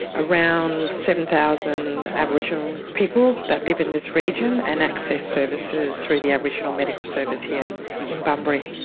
around seven thousand aboriginal people that live in this region and access services through the aboriginal medical service here in bunbury.